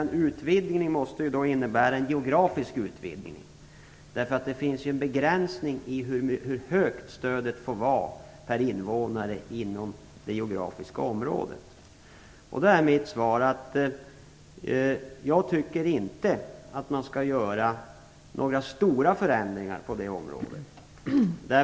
En utvidgning måste ju innebära en geografisk utvidgning, eftersom det finns en begränsning av hur högt stödet får vara per invånare inom det geografiska området. Jag tycker inte att man skall göra några stora förändringar på det området.